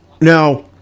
Now